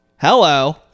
hello